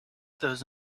those